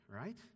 Right